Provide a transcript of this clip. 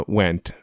went